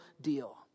deal